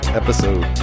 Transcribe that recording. episode